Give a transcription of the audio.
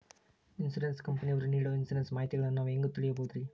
Insurance ಕಂಪನಿಯವರು ನೇಡೊ insurance ಮಾಹಿತಿಗಳನ್ನು ನಾವು ಹೆಂಗ ತಿಳಿಬಹುದ್ರಿ?